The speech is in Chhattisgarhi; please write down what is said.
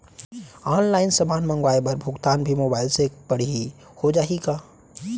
ऑनलाइन समान मंगवाय बर भुगतान भी मोबाइल से पड़ही हो जाही का?